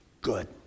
good